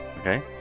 Okay